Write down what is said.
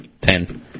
Ten